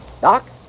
Doc